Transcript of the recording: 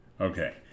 Okay